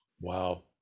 Wow